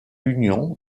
union